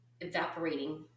evaporating